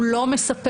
הוא לא מספק.